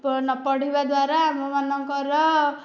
ଓ ନ ପଢ଼ିବା ଦ୍ଵାରା ଆମମାନଙ୍କର